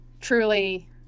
truly